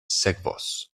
sekvos